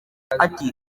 ati